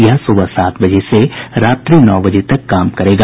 यह सूबह सात बजे से रात्रि नौ बजे तक काम करेगा